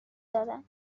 دادن